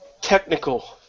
Technical